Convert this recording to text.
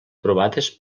aprovades